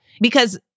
Because-